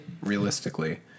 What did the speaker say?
realistically